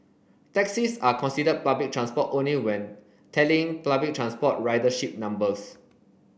taxis are considered public transport only when tallying transport ridership numbers